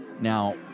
Now